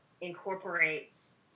incorporates